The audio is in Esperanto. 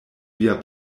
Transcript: via